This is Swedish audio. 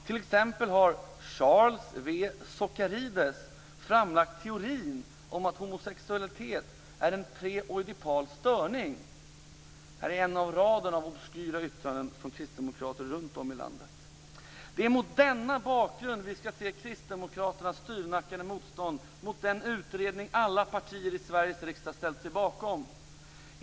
Till exempel har Charles W. Socarides framlagt teorin att homosexualitet är en pre-oidipal störning." Det är en i raden av obskyra yttranden från kristdemokrater runt om i landet. Det är mot denna bakgrund vi skall se Kristdemokraternas styvnackade motstånd mot den utredning alla andra partier i Sveriges riksdag ställt sig bakom.